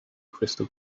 crystal